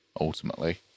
ultimately